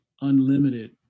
unlimited